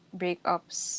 breakups